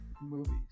movies